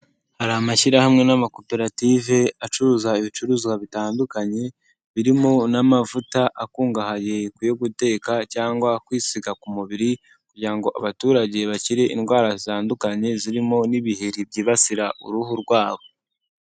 Hari amashyirahamwe n'amakoperative acuruza ibicuruzwa bitandukanye, birimo n'amavuta akungahaye ku yo guteka cyangwa kwisiga ku mubiri kugira ngo abaturage bakire indwara zitandukanye zirimo n'ibiheri byibasira uruhu rwabo.